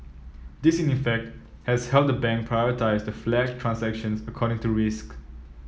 this in effect has helped the bank prioritise the flagged transactions according to risk